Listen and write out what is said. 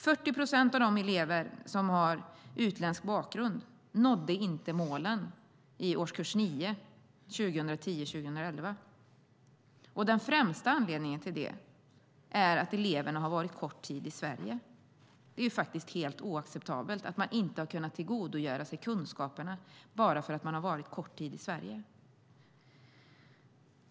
40 procent av de elever som har utländsk bakgrund nådde inte målen i årskurs 9 åren 2010-2011. Den främsta anledningen till det är att eleverna har varit kort tid i Sverige. Det är helt oacceptabelt att man inte har kunnat tillgodogöra sig kunskaperna bara för att man varit kort tid i Sverige.